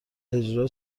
اجرا